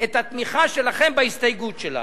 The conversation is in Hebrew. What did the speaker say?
את התמיכה שלכם בהסתייגות שלנו.